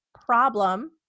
problem